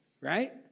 Right